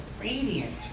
radiant